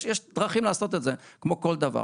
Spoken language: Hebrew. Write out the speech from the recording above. יש דרכים לעשות את זה, כמו כל דבר.